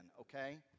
okay